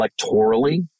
electorally